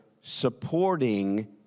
supporting